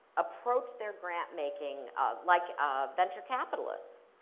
approach their grant-making like a venture capitalist.